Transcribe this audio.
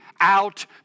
out